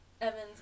Evans